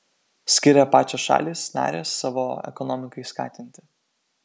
skiria pačios šalys narės savo ekonomikai skatinti